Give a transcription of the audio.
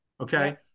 Okay